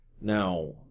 Now